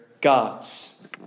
gods